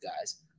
guys